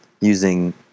using